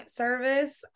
service